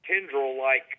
tendril-like